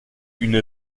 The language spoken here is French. une